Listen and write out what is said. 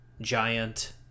giant